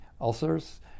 ulcers